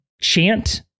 chant